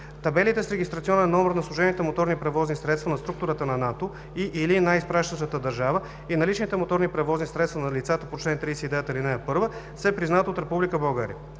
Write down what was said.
Табелите с регистрационен номер на служебните моторни превозни средства на структурата на НАТО и/или на изпращащата държава и на личните моторни превозни средства на лицата по чл. 39, ал. 1 се признават от Република България.